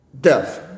death